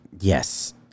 yes